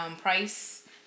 price